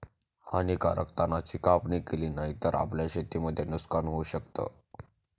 हानीकारक तणा ची कापणी केली नाही तर, आपल्याला शेतीमध्ये नुकसान होऊ शकत